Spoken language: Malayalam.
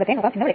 അതിനാൽ VSC 13